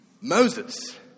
Moses